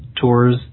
Tours